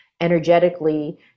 energetically